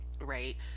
right